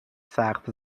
سقف